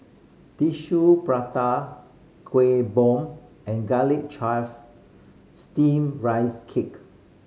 Tissue Prata Kueh Bom and garlic chive Steamed Rice Cake